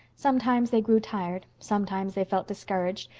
sometimes they grew tired, sometimes they felt discouraged,